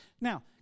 Now